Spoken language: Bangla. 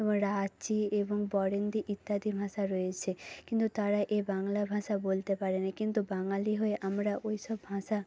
রাঢ়ী এবং বরেন্দ্রী ইত্যাদি ভাষা রয়েছে কিন্তু তারা এ বাংলা ভাষা বলতে পারে না কিন্তু বাঙালি হয়ে আমরা ওইসব ভাষা